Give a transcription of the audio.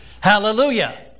hallelujah